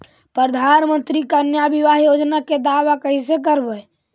प्रधानमंत्री कन्या बिबाह योजना के दाबा कैसे करबै?